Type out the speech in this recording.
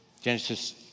Genesis